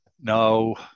No